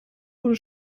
wurde